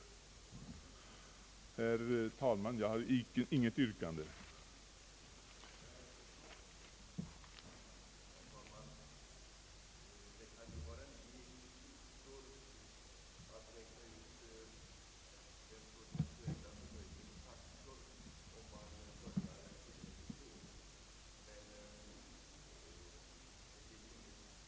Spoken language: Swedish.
Herr talman! Jag har inget yrkande.